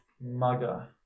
mugger